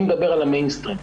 אני מדבר על המיינסטרים.